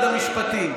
הממשלה תומכת מלא בהצעה.